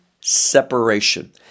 separation